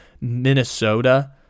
Minnesota